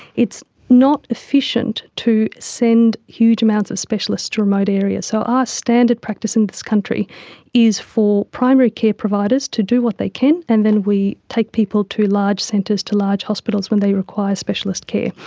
it's not efficient to send huge amounts of specialists to remote areas, so our standard practice in this country is for primary care providers to do what they can and then we take people to large centres, to large hospitals when they require specialist care.